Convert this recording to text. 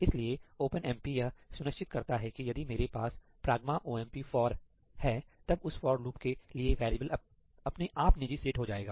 इसलिए ओपनएमपी यह सुनिश्चित करता है कि यदि मेरे पास ' pragma omp for' है तब उस फॉर लूप के लिए वेरिएबल अपने आप निजी सेट हो जाएगा